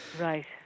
right